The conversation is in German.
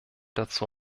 dazu